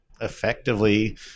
effectively